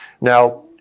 Now